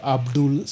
Abdul